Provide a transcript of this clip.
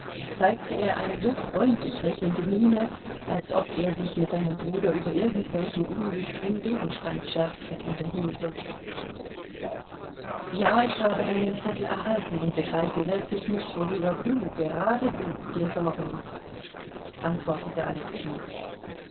zeigte er eine so freundlich lächelnde miene als ob er sich mit seinem bruder über irgendwelchen unwichtigen gegenstand scherzend unterhielte ja ich habe deinen zettel erhalten und begreife wirklich nicht worüber du gerade du dir sorge machst antwortete alexei